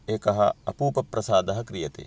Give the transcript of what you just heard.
एकः अपूपप्रसादः क्रियते